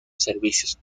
servicios